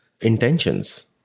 intentions